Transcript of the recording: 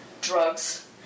drugs